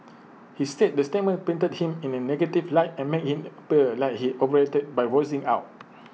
he said the statement painted him in A negative light and make IT appear like he overreacted by voicing out